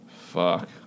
Fuck